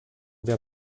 wir